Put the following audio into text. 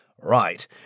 Right